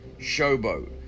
showboat